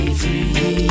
free